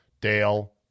Dale